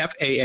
FAA